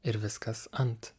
ir viskas ant